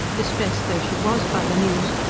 distressed though she was by the news,